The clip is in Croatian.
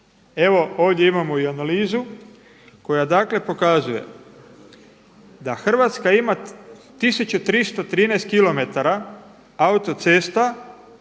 Evo ovdje imamo i analizu koja dakle pokazuje da Hrvatska ima 1313 kilometara autocesta